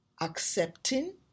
accepting